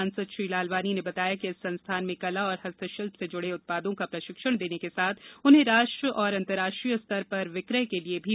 सांसद श्री लालवानी ने बताया कि इस संस्थान में कला और हस्तशिल्प से जुडे उत्पादों का प्रशिक्षण देने के साथ उन्हें राष्ट्रीय और अंतरराष्ट्रीय स्तर पर विक्रय के लिए भी मदद दी जाएगी